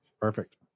Perfect